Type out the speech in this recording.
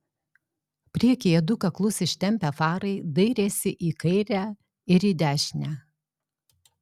priekyje du kaklus ištempę farai dairėsi į kairę ir į dešinę